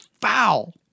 foul